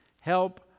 Help